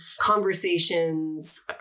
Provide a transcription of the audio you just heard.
conversations